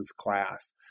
class